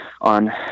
on